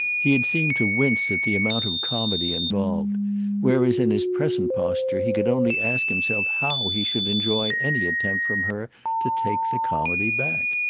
he had seemed to wince at the amount of comedy involved whereas in his present posture he could only ask himself how he should enjoy any attempt from her to take the comedy back.